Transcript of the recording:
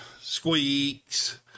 squeaks